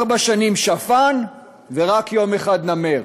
ארבע שנים שפן ורק יום אחד נמר,